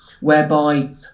whereby